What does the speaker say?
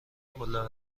بالا